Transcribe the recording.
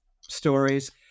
stories